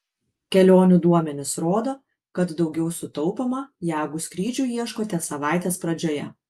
kelionių duomenys rodo kad daugiau sutaupoma jeigu skrydžių ieškote savaitės pradžioje